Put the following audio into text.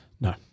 No